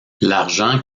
l’argent